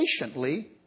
patiently